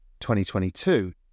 2022